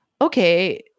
okay